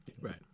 Right